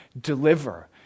deliver